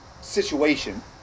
situation